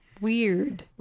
weird